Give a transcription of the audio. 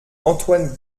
antoine